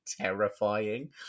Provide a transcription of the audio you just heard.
terrifying